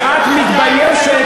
שאת מתביישת,